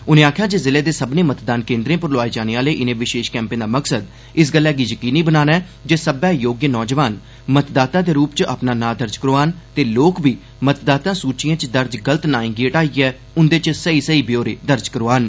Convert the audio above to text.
उनें आखेआ जे जिले दे सब्भनें मतदान केन्द्रे पर लोआए जाने आहले इन्ने कैंपे दा मकसद इस गल्लै गी यकीनी बनाना ऐ जे सब्बै योग्य नौजवान मतदाता दे रूप च अपना नां दर्ज करोआन ते लोक बी मतदाता सूचिएं च दर्ज गलत नाएं गी हटाइयै उन्दे च सेई ब्यौरे दर्ज करोआन